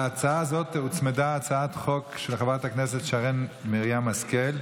להצעה הזאת הוצמדה הצעה של שרן מרים השכל.